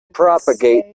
propagate